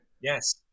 yes